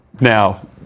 Now